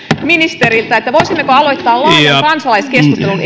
ministeriltä voisimmeko aloittaa laajan kansalaiskeskustelun